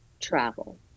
travel